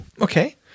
Okay